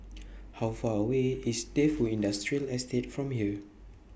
How Far away IS Defu Industrial Estate from here